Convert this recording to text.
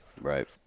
right